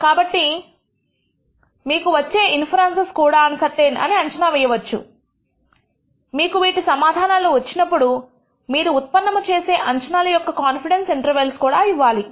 కాబట్టి మీకు వచ్చే ఇన్ఫెరెన్స్స్ కూడా అన్సర్టైన్ అని అంచనా వేయవచ్చు మీకు వీటి సమాధానాలు ఇచ్చినప్పుడు మీరు ఉత్పన్నం చేసే అంచనాల యొక్క కాన్ఫిడెన్స్ ఇంటర్వెల్ కూడా ఇవ్వాలి